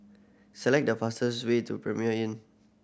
select the fastest way to Premier Inn